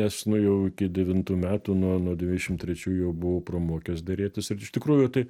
nes nu jau iki devintų metų nuo nuo devyniasdešim trečių jau buvau pramokęs derėtis ir iš tikrųjų tai